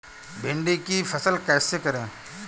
भिंडी की फसल कैसे करें?